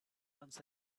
once